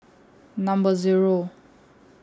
Number Zero